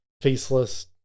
faceless